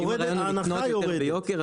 ההנחה יורדת --- אם אני קונה יותר ביוקר,